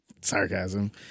sarcasm